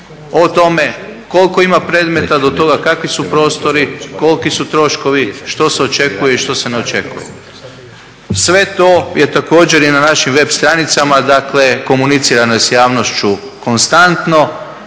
o tome koliko ima predmeta do toga kakvi su prostori, koliki su troškovi, što se očekuje i što se ne očekuje. Sve to je također i na našim web stranicama, dakle komunicirano je sa javnošću konstantno.